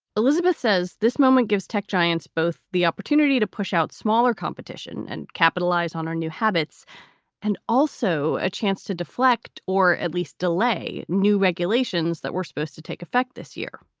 elizabeth says this moment gives tech giants both the opportunity to push out smaller competition and capitalize on our new habits and also a chance to deflect or at least delay new regulations that we're supposed to take effect this year.